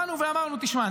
באנו ואמרנו: שמע,